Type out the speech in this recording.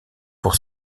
pour